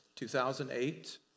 2008